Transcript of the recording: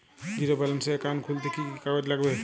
Zero ব্যালেন্সের account খুলতে কি কি কাগজ লাগবে?